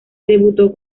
debutó